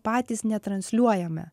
patys netransliuojame